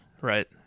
Right